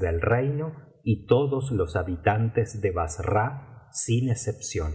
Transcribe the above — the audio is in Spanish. del reino y todos los habitantes de bassra sin excepción